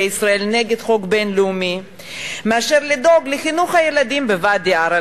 ישראל נגד החוק הבין-לאומי מאשר לדאוג לחינוך הילדים בוואדי-עארה,